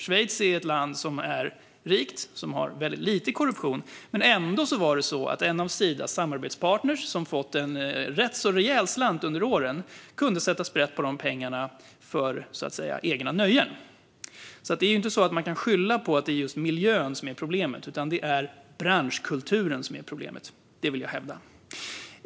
Schweiz är ett land som är rikt och har väldigt liten korruption, men ändå var det så att en av Sidas samarbetspartner, som fått en rätt rejäl slant över åren, kunde sätta sprätt på pengarna för egna nöjen. Man kan alltså inte skylla på att just miljön är problemet, utan i stället är det branschkulturen som är problemet. Det vill jag hävda.